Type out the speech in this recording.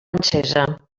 encesa